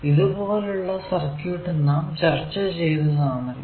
ഇതുപോലുള്ള സർക്യൂട് നാം ചർച്ച ചെയ്തതാണല്ലോ